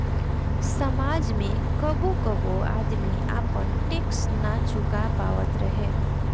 समाज में कबो कबो आदमी आपन टैक्स ना चूका पावत रहे